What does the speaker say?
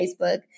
Facebook